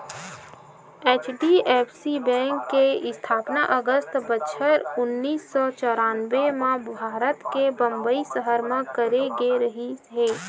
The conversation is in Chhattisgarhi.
एच.डी.एफ.सी बेंक के इस्थापना अगस्त बछर उन्नीस सौ चौरनबें म भारत के बंबई सहर म करे गे रिहिस हे